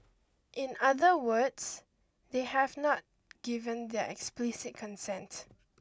in other words they have not given their explicit consent